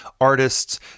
artists